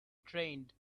trained